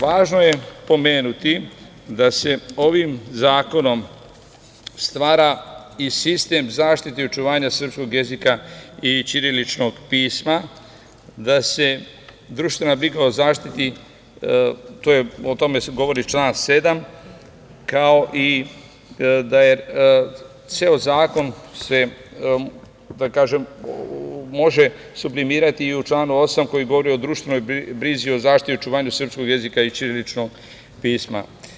Važno je pomenuti da se ovim zakonom stvara i sistem zaštite i očuvanja srpskog jezika i ćiriličnog pisma, da se društvena briga o zaštiti, o tome govori član 7. kao i da se ceo zakon može sublimirati i u članu 8. koji govori o društvenoj brizi, o zaštiti i očuvanju srpskog jezika i ćiriličnog pisma.